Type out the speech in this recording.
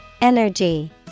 Energy